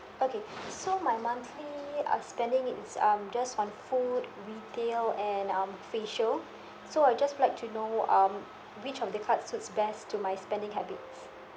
okay so my monthly uh spending it is um just on food retail and um facial so I'd just like to know um which of the card suits best to my spending habits